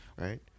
right